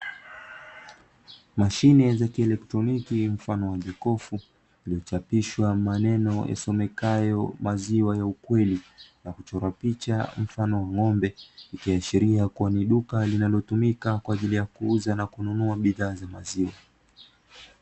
Mashine za kielektroniki mfano wa jokofu iliyochapishwa maneno yasomekayo "maziwa ya ukweli", na kuchorwa picha mfano wa ng’ombe. Ikiashiria kuwa ni duka linalotumika kwa ajili ya kuuza na kununua bidhaa za maziwa.